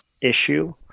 issue